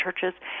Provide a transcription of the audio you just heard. churches